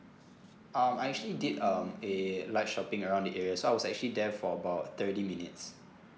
um I actually did um a light shopping around the area so I was actually there for about thirty minutes